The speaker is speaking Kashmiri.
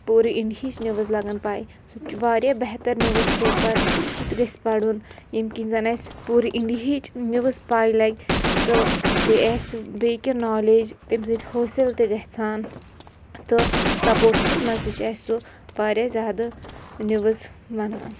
پوٗرٕ اِنڈِہِچ نِوٕز لَگان پَے سُہ تہِ چھُ واریاہ بہتر نِوٕز پیپَر سُہ تہِ گَژھِ پَرُن ییٚمہِ کِنۍ زَن اَسہِ پوٗرٕ اِنڈِہِچ نِوٕز پَے لَگہِ تہٕ بیٚیہِ اَسہِ بیٚیہِ کینٛہہ نالیج تَمہِ سۭتۍ حٲصِل تہِ گَژھان تہٕ سَپوٹسَس منٛز تہِ چھِ اَسہِ سُہ واریاہ زیادٕ نِوٕز وَنان